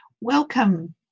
Welcome